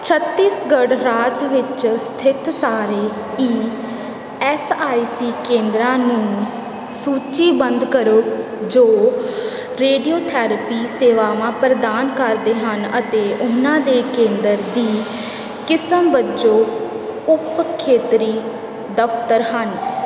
ਛੱਤੀਸਗੜ੍ਹ ਰਾਜ ਵਿੱਚ ਸਥਿਤ ਸਾਰੇ ਈ ਐੱਸ ਆਈ ਸੀ ਕੇਂਦਰਾਂ ਨੂੰ ਸੂਚੀਬੱਧ ਕਰੋ ਜੋ ਰੇਡੀਓਥੈਰੇਪੀ ਸੇਵਾਵਾਂ ਪ੍ਰਦਾਨ ਕਰਦੇ ਹਨ ਅਤੇ ਉਹਨਾਂ ਦੇ ਕੇਂਦਰ ਦੀ ਕਿਸਮ ਵਜੋਂ ਉਪ ਖੇਤਰੀ ਦਫ਼ਤਰ ਹਨ